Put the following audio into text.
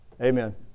Amen